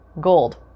gold